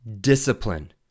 Discipline